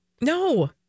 No